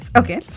okay